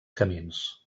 camins